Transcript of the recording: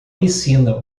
piscina